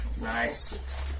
Nice